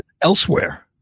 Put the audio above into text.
elsewhere